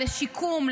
לשיקום,